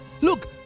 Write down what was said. look